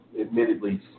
admittedly